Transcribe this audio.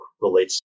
relates